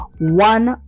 one